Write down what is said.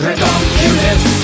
Redonculus